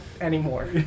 anymore